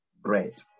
bread